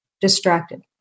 distracted